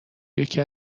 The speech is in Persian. یکی